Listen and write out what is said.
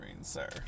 sir